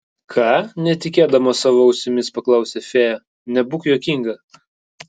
ką netikėdama savo ausimis paklausė fėja nebūk juokinga